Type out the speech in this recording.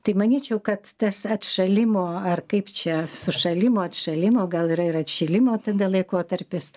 tai manyčiau kad tas atšalimo ar kaip čia sušalimo atšalimo gal yra ir atšilimo tada laikotarpis